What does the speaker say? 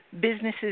businesses